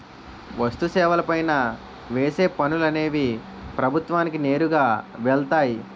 వస్తు సేవల పైన వేసే పనులు అనేవి ప్రభుత్వానికి నేరుగా వెళ్తాయి